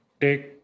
take